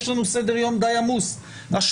יש לנו סדר-יום די עמוס בבית הזה,